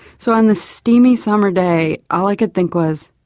so on this steamy summer day all i could think was,